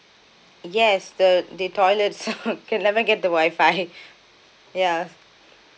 yes the the toilets can never get the Wi-Fi ya